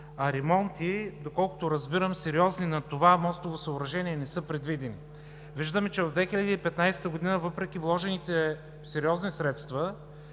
ремонти, доколкото разбирам, на това мостово съоръжение не са предвидени. Виждаме, че в 2015 г., въпреки вложените сериозни средства,